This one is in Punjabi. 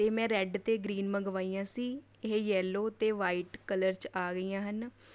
ਅਤੇ ਮੈਂ ਰੈੱਡ ਅਤੇ ਗਰੀਨ ਮੰਗਵਾਈਆਂ ਸੀ ਇਹ ਯੈਲੋ ਅਤੇ ਵਾਈਟ ਕਲਰ 'ਚ ਆ ਗਈਆਂ ਹਨ